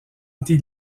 été